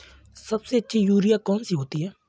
सबसे अच्छी यूरिया कौन सी होती है?